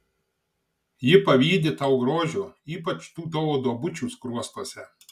ji pavydi tau grožio ypač tų tavo duobučių skruostuose